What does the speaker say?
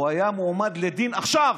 הוא היה מועמד לדין עכשיו.